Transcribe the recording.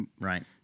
right